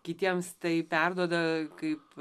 kitiems tai perduoda kaip